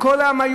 לכל העם,